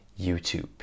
YouTube